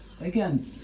again